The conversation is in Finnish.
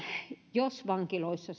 jos vankiloissa